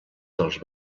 dels